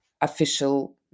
official